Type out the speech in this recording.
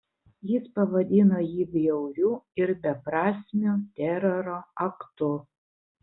jis pavadino jį bjauriu ir beprasmiu teroro aktu